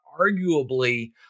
arguably